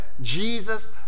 Jesus